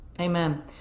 amen